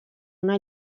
una